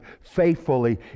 faithfully